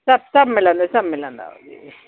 सभु सभु मिलंदो सभु मिलंदव